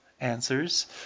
answers